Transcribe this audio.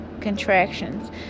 contractions